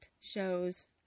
shows